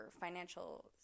financial